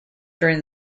during